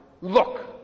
Look